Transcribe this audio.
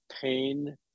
pain